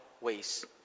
ways